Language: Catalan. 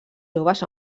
joves